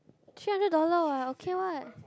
two hundred dollar [what] okay [what]